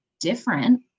different